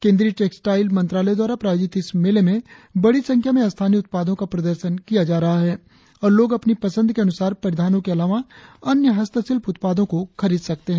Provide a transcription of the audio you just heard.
केंद्रीय टेक्सटाईल मंत्रालय द्वारा प्रायोजित इस मेले में बड़ी संख्या में स्थानीय उत्पादो को प्रदर्शन किया जा रहा है और लोग अपनी पसंद के अनुसार परिधानों के अलावा अन्य हस्तशिल्प उत्पादों को खरीद सकते हैं